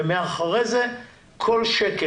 ומאחורי זה כל שקל,